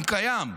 אם קיים,